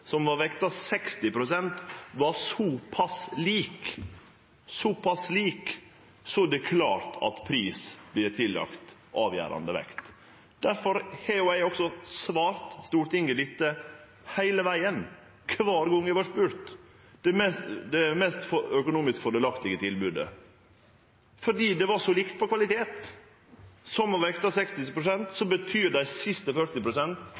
som var vekta 60 pst., var så pass lik, er det klart at pris vert tillagd avgjerande vekt. Difor har eg også svart Stortinget dette heile vegen, kvar gong eg har vorte spurd, at det var det mest økonomisk fordelaktige tilbodet. Fordi det var på likt på kvalitet, som var vekta 60 pst., betyr dei siste